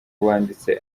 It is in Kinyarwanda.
wanditse